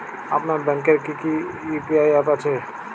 আপনার ব্যাংকের কি কি ইউ.পি.আই অ্যাপ আছে?